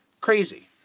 Crazy